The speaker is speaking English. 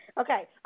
Okay